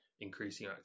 increasing